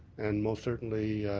and most certainly